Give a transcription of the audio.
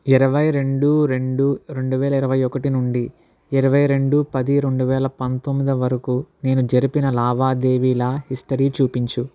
ఇరవై రెండు రెండు రెండు వేల ఇరవై ఒకటి నుండి ఇరవై రెండు పది రెండు వేల పంతొమ్మిది వరకు నేను జరిపిన లావాదేవీల హిస్టరీ చూపించు